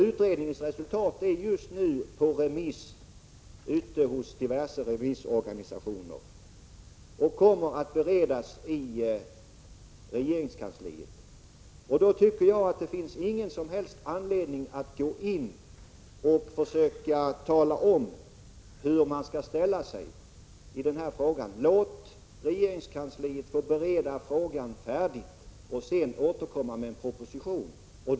Utredningsresultatet är just nu ute på remiss hos olika remissorgan och kommer så småningom att beredas i regeringskansliet. Då tycker jag inte att det finns någon som helst anledning att föregripa detta och försöka tala om hur regeringen skall ställa sig. Låt regeringskansliet få bereda frågan färdigt och sedan återkomma med en proposition!